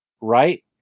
right